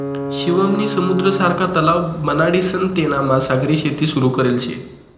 शिवम नी समुद्र सारखा तलाव बनाडीसन तेनामा सागरी शेती सुरू करेल शे